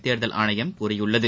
தேர்தல் ஆணையம் கூறியுள்ளது